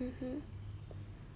mmhmm